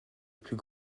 plus